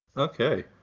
Okay